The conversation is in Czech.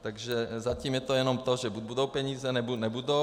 Takže zatím je to jenom to, že buď budou peníze, nebo nebudou.